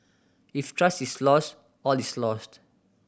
if trust is lost all is lost